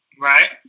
Right